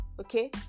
Okay